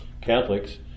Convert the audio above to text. Catholics